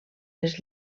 les